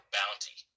bounty